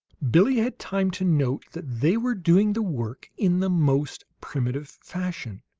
billie had time to note that they were doing the work in the most primitive fashion,